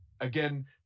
Again